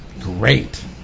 great